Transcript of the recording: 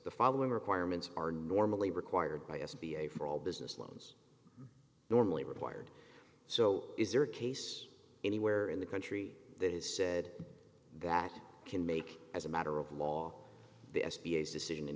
the following requirements are normally required by s b a for all business loans normally required so is there a case anywhere in the country that is said that can make as a matter of law the s p s decision in